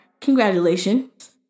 congratulations